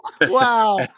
Wow